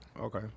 Okay